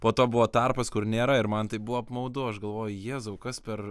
po to buvo tarpas kur nėra ir man tai buvo apmaudu aš galvoju jėzau kas per